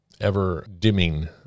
ever-dimming